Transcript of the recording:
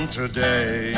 today